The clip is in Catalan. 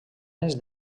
anys